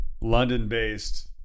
London-based